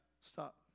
Stop